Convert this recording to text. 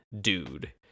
dude